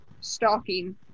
stalking